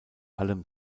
allem